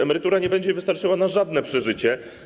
Emerytura nie będzie wystarczała na żadne przeżycie.